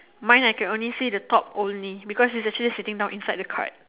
mine I can only see the top only because is actually seating down inside the cart